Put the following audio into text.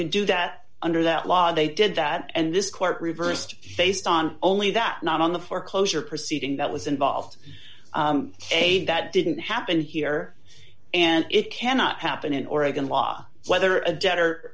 can do that under that law they did that and this court reversed based on only that not on the foreclosure proceeding that was involved ok that didn't happen here and it cannot happen in oregon law whether a debtor